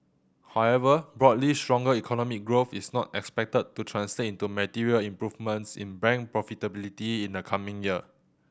however broadly stronger economic growth is not expected to translate into material improvements in bank profitability in the coming year